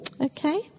Okay